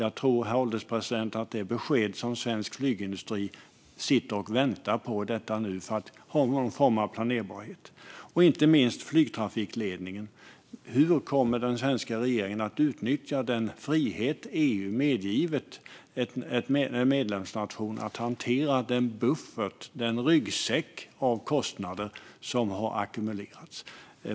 Jag tror, herr ålderspresident, att det är det besked som svensk flygindustri sitter och väntar på i detta nu för att ha någon form av planerbarhet, och inte minst flygtrafikledningen. Hur kommer den svenska regeringen att utnyttja den frihet som EU har medgivit en medlemsnation att hantera den buffert, den ryggsäck, av kostnader som har ackumulerats?